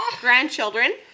grandchildren